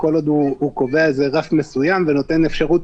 כל עוד הוא קובע רף מסוים ונותן אפשרות